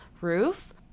roof